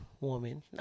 woman